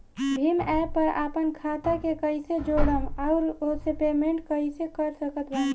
Bhim app पर आपन खाता के कईसे जोड़म आउर ओसे पेमेंट कईसे कर सकत बानी?